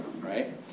right